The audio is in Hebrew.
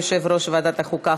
יושב-ראש ועדת החוקה,